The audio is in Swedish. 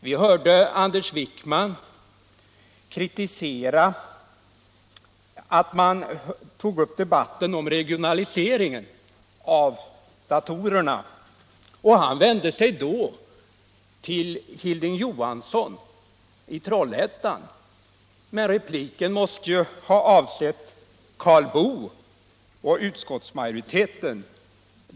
Vi hörde Anders Wijkman kritisera att man tog upp debatten om regionaliseringen av datorerna, och han vände sig då till Hilding Johansson i Trollhättan. Men repliken måste ha avsett Karl Boo och utskottsmajoriteten.